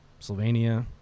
Slovenia